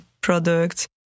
products